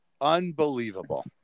unbelievable